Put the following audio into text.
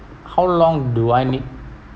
how long do I need